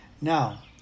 Now